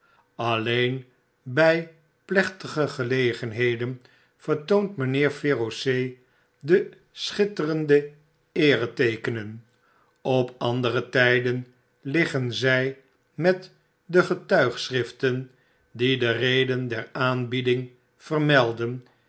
alleen bfj plechtige gelegenheden vertoont mijnheer feroce die schitterende eereteekenen op andere tijden liggen zij met de getuigschriften die de reden der aanbieding vermelden